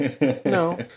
No